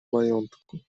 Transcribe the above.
majątku